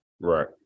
Right